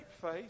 faith